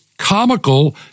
Comical